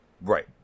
Right